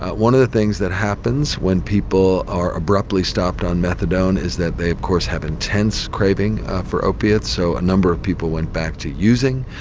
one of the things that happens when people are abruptly stopped on methadone is that they, of course, have intense craving for opiates, so a number of people went back to using.